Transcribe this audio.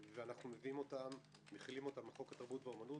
ואנחנו מחילים אותם על חוק התרבות והאומנות,